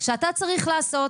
שאתה צריך לעשות,